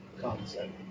concept